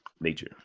Nature